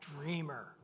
dreamer